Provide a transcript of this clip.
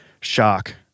shock